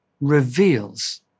reveals